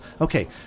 Okay